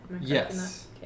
Yes